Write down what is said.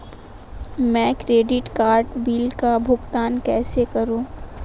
मैं credit card bill का भुगतान कैसे करूं?